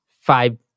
five